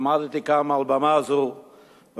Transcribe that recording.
עמדתי כאן מעל במה זו ואמרתי,